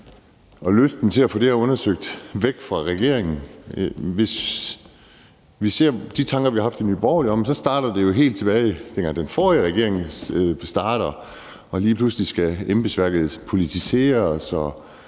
og lysten til at få det her undersøgt væk fra regeringen. Hvis vi ser på de tanker, vi har haft om det i Nye Borgerlige, starter det jo helt tilbage, dengang den forrige regering starter. Lige pludselig skal embedsværket politiseres,